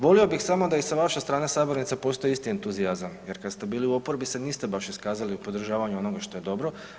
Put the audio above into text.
Volio bih samo da i sa vaše strane sabornice postoji isti entuzijazam jer kad se bili u oporbi se niste baš iskazali u podržavanju onoga što je dobro.